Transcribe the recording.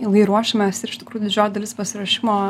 ilgai ruošėmės ir iš tikrųjų didžioji dalis pasiruošimo